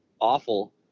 awful